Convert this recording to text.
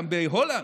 גם בהולנד.